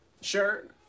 shirt